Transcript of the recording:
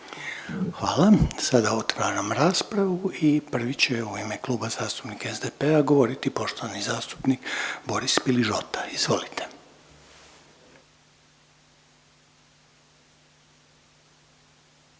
Hvala. Sada otvaram raspravu i prvi će u ime Kluba zastupnika SDP-a govoriti poštovani zastupnik Boris Piližota, izvolite.